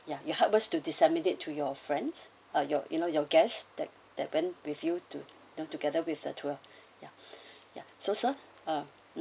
ya you help us to disseminate to your friends ah your you know your guests that that went with you to you know together with the tour ya ya so sir ah mm